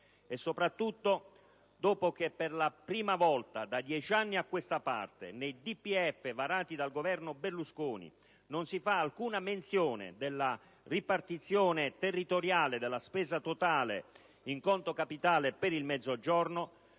E soprattutto, dopo che, per la prima volta da dieci anni a questa parte, nei DPEF varati dal Governo Berlusconi non si fa alcuna menzione della ripartizione territoriale della spesa totale in conto capitale per il Mezzogiorno,